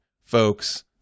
folks